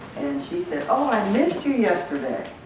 and she said, oh i missed you yesterday.